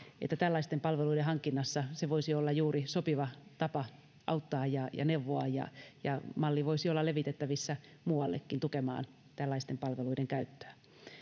myöskin tällaisten palveluiden hankinnassa se voisi olla juuri sopiva tapa auttaa ja ja neuvoa ja ja malli voisi olla levitettävissä muuallekin tukemaan tällaisten palveluiden käyttöä